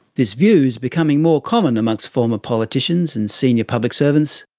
this view is becoming more common amongst former politicians and senior public servants,